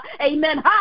Amen